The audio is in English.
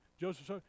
Joseph